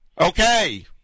Okay